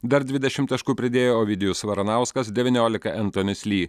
dar dvidešim taškų pridėjo ovidijus varanauskas devyniolika entonis ly